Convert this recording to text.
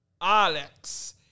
Alex